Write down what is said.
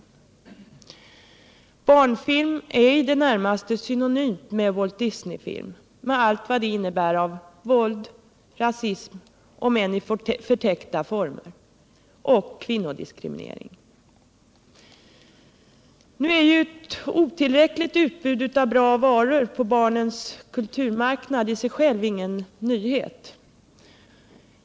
Begreppet barnfilm är i det närmaste synonymt med Walt Disney-film, med allt vad det innebär av våld och rasism, om än i förtäckta former, och kvinnodiskriminering. Nu är ett otillräckligt utbud av bra varor på barnens kulturmarknad i sig självt ingen nyhet.